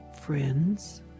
friends